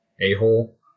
a-hole